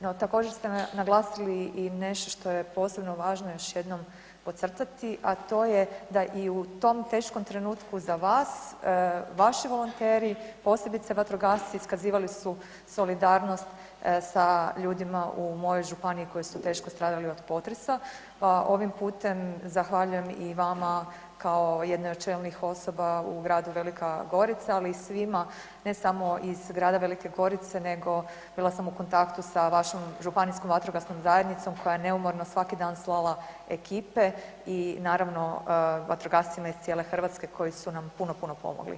No, također, ste naglasili i nešto što je posebno važno još jednom podcrtati, a to je da i u tom teškom trenutku za vas, vaši volonteri, posebice vatrogasci, iskazivali su solidarnost sa ljudima u mojoj županiji koji su teško stradali od potresa pa ovim putem zahvaljujem i vama kao jednoj od čelnih osoba u gradu Velika Gorica, ali i svima, ne samo iz grada Velike Gorice nego, bila sam u kontaktom sa vašom županijskom vatrogasnom zajednicom koja je neumorno svaki dan slala ekipe i naravno, vatrogascima iz cijele Hrvatske koji su nam puno, puno pomogli.